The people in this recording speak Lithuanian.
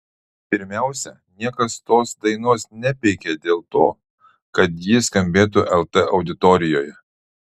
pirmiausia niekas tos dainos nepeikė dėl to kad ji skambėtų lt auditorijoje